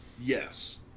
yes